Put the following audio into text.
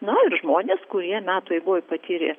na ir žmonės kurie metų eigoj patyrė